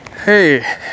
Hey